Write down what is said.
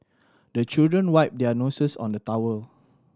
the children wipe their noses on the towel